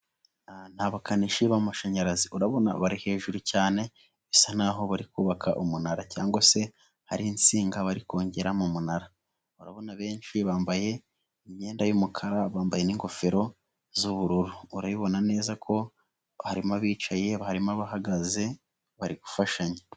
Ni abakanishi b'amashanyarazi, urabona bari hejuru cyane bisa nkaho bari kubaka umunara cyangwa se hari insinga bari kongera mu munara. Benshi bambaye imyenda y'umukara n'ingofero z'ubururu. Urabibona neza ko harimo abicaye, harimo n'abahagaze bari gufashanya.